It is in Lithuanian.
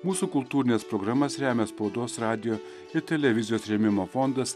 mūsų kultūrines programas remia spaudos radijo ir televizijos rėmimo fondas